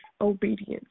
obedience